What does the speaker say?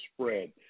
spread